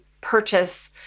purchase